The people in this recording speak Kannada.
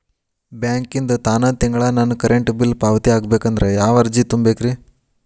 ಬ್ಯಾಂಕಿಂದ ತಾನ ತಿಂಗಳಾ ನನ್ನ ಕರೆಂಟ್ ಬಿಲ್ ಪಾವತಿ ಆಗ್ಬೇಕಂದ್ರ ಯಾವ ಅರ್ಜಿ ತುಂಬೇಕ್ರಿ?